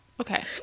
okay